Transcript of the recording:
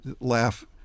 laugh